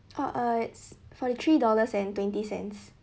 oh uh it's forty three dollars and twenty cents